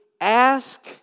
ask